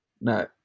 No